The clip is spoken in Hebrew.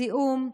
זיהום,